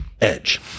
edge